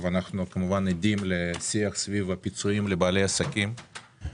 אנחנו עדים לשיח סביב הפיצויים לבעלי עסקים.